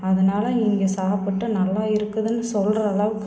அதனால் இங்கே சாப்பிட்டு நல்லா இருக்குதுன்னு சொல்கிற அளவுக்கு